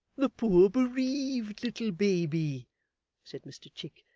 the poor bereaved little baby said mr chick.